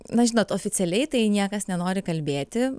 na žinot oficialiai tai niekas nenori kalbėti